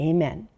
Amen